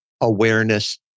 awareness